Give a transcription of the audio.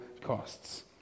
costs